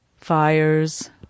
fires